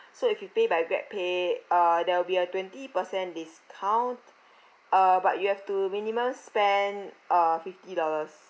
so if you pay by grabpay uh there will be a twenty percent discount uh but you have to minimum spend uh fifty dollars